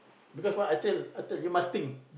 because what I tell I tell you must think